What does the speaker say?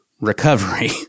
recovery